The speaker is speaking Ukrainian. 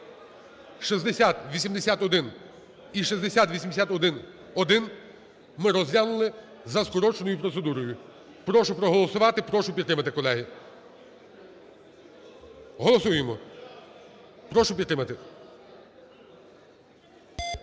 6081 і 6081-1 ми розглянули за скороченою процедурою. Прошу проголосувати, прошу підтримати. Колеги, голосуємо. Прошу підтримати.